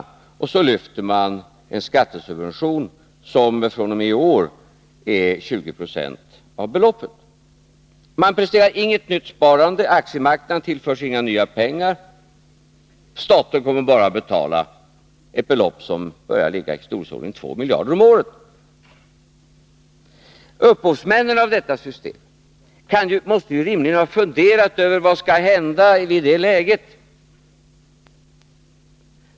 Och så lyfter man en skattesubvention, som fr.o.m. i år är 20 96 av beloppet. Man presterar inget nytt sparande, aktiemarknaden tillförs inga nya pengar, staten kommer bara att betala ett belopp som börjar uppgå till storleksordningen 2 miljarder om året. Upphovsmännen till detta system måste ju rimligen ha funderat över vad som skall hända i det läget.